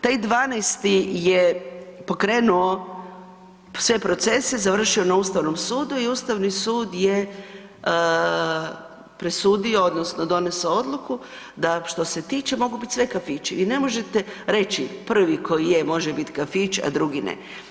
Taj 12. je pokrenuo sve procese, završio na Ustavnom sudu i Ustavni sud je presudio odnosno donesao odluku da što se tiče mogu biti sve kafići, vi ne možete reći prvi koji je može biti kafić, a drugi ne.